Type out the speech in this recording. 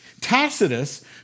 Tacitus